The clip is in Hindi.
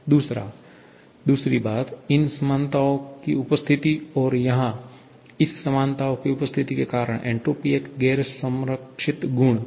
2 दूसरी बात इन असमानताओं की उपस्थिति और यहाँ इस असमानता की उपस्थिति के कारण एन्ट्रापी एक गैर संरक्षित गुण है